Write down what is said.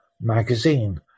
magazine